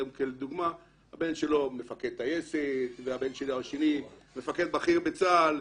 הבן שלו מפקד טייסת והבן השני שלו מפקד בכיר בצה"ל,